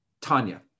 Tanya